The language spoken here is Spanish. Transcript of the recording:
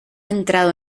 entrado